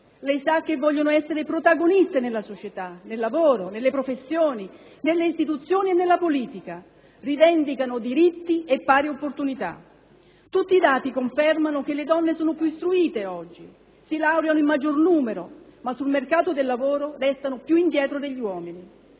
lei sa che vogliono essere protagoniste nella società, nel lavoro, nelle professioni, nelle istituzioni e nella politica: rivendicano diritti e pari opportunità. Tutti i dati confermano che le donne sono più istruite, oggi, si laureano in maggior numero, ma sul mercato del lavoro restano indietro agli uomini.